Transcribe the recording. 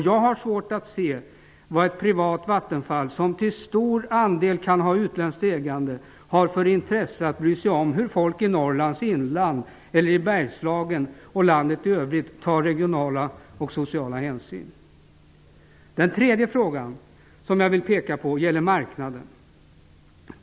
Jag har svårt att se vad ett privat Vattenfall, som till stor andel kan ha utländskt ägande, skulle ha för intresse av att bry sig om folk i Norrlands inland, i Bergslagen och i övriga landet, dvs. av att ta regionala och sociala hänsyn. Den tredje frågan gäller marknaden.